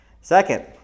Second